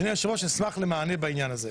אדוני היושב-ראש, אשמח למענה בעניין הזה.